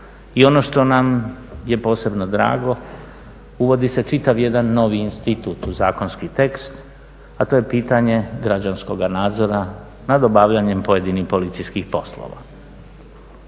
i ono što nam je posebno drago, uvodi se čitav jedan novi institut u zakonski tekst, a to je pitanje građanskoga nadzora nad obavljanjem pojedinih policijskih poslova.